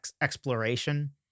exploration